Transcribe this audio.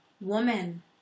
Woman